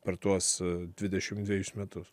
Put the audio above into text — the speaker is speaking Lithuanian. per tuos dvidešim dvejus metus